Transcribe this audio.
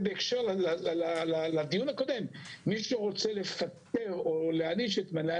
בהמשך למה שציין חבר הכנסת על בתי